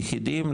יחידים,